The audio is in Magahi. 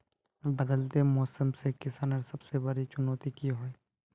बदलते मौसम से किसानेर सबसे बड़ी चुनौती की होय?